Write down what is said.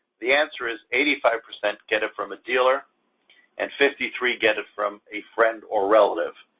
the answer is eighty five percent get it from a dealer and fifty three get it from a friend or relative.